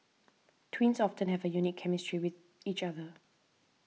twins often have a unique chemistry with each other